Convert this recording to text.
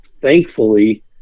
Thankfully